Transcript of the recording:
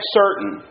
certain